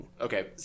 Okay